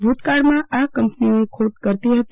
ભુતકાળમાં આ કંપનીઓ ખોટ કરતી હતી